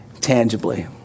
tangibly